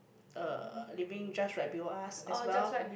uh living just right below us as well